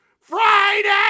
FRIDAY